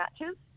matches